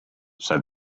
said